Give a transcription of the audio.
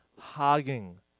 Hogging